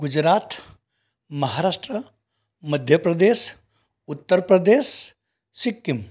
Gujarat Maharashtra Madhya Pradesh Uttar Pradesh Sikkim